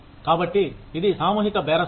కాబట్టి ఇది సామూహిక బేరసారాలు